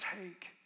take